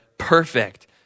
perfect